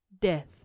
death